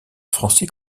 français